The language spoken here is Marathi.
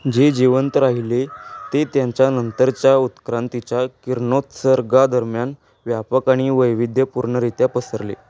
जे जिवंत राहिले ते त्यांचा नंतरच्या उत्क्रांतीच्या किरणोत्सर्गादरम्यान व्यापक आणि वैविध्यपूर्णरित्या पसरले